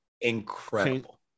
Incredible